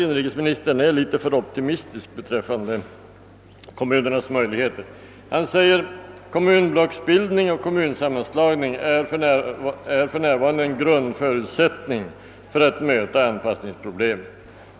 Inrikesministern är också litet för optimistisk beträffande kommunernas möjligheter. Han säger: »Kommunblocksbildningen och kommunsammanslagningen är för närvarande en grund förutsättning för att möta anpassningsproblemen.